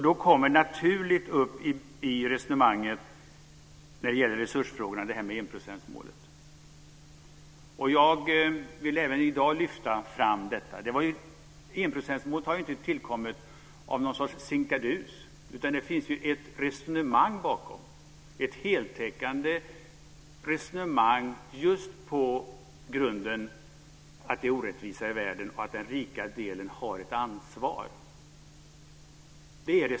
Då är det naturligt att enprocentsmålet kommer upp. Jag vill även i dag lyfta fram det målet. Enprocentsmålet kom ju inte till av en sinkadus. Det finns ett heltäckande resonemang bakom som grundar sig på orättvisan i världen och att den rika delen har ett ansvar.